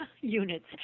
units